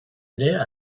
era